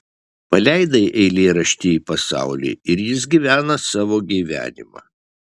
paleidai eilėraštį į pasaulį ir jis gyvena savo gyvenimą